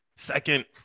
Second